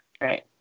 Right